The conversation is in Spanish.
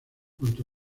junto